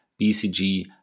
BCG